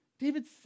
David